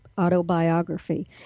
autobiography